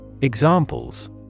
Examples